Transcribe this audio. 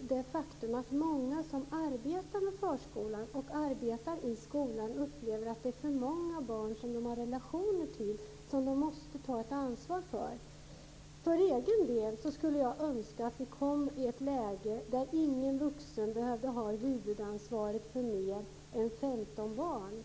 det faktum att många som arbetar i förskola och skola har för många barn som man ska ha relationer till och som man måste ta ett ansvar för. För egen del skulle jag önska att vi kom i ett läge där ingen vuxen behövde ha huvudansvaret för mer än 15 barn.